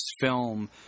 film